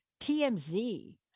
TMZ